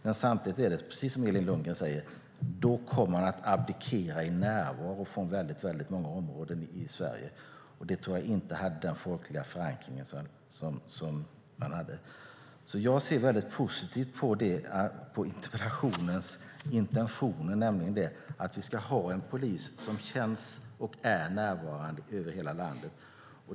Men samtidigt är det precis som Elin Lundgren säger, nämligen att man då kommer att abdikera i fråga om närvaro i många områden i Sverige. Det tror jag inte att det finns folklig förankring för. Därför ser jag mycket positivt på interpellationens intentioner om att vi ska ha en polis som känns och är närvarande över hela landet.